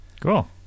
cool